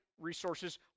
resources